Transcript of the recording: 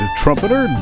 trumpeter